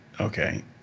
Okay